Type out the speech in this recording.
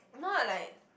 no ah like